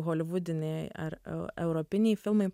holivudiniai ar eu europiniai filmai